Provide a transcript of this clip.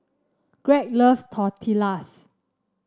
Gregg loves Tortillas